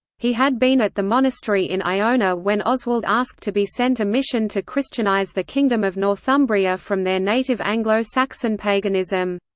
he had been at the monastery in iona when oswald asked to be sent a mission to christianise the kingdom of northumbria from their native anglo-saxon paganism.